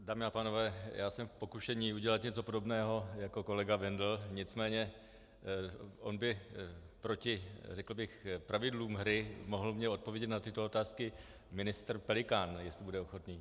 Dámy a pánové, jsem v pokušení udělat něco podobného jako kolega Bendl, nicméně on by proti řekl bych pravidlům hry mohl mně odpovědět na tyto otázky ministr Pelikán, jestli bude ochoten.